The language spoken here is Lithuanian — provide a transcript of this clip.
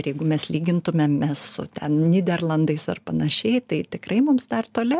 ir jeigu mes lygintumėme su nyderlandais ar panašiai tai tikrai mums dar toli